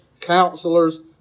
counselors